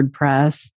WordPress